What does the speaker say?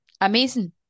Amazing